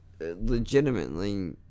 legitimately